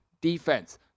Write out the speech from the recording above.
defense